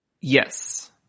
Yes